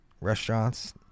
restaurants